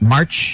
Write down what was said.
March